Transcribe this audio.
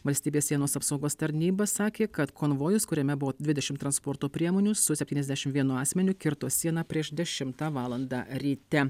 valstybės sienos apsaugos tarnyba sakė kad konvojus kuriame buvo dvidešim transporto priemonių su septyniasdešim vienu asmeniu kirto sieną prieš dešimtą valandą ryte